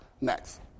Next